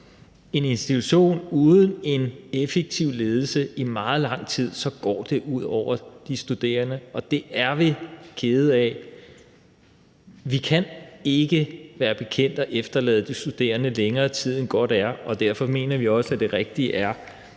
en institution uden en effektiv ledelse i meget lang tid, går ud over de studerende, og det er vi kede af. Vi kan ikke være bekendt at efterlade de studerende længere tid, end godt er, og derfor mener vi også, at det rigtige er